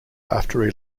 after